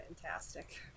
Fantastic